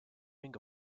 wing